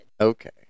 Okay